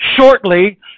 shortly